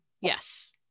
Yes